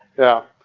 yeah.